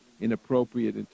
inappropriate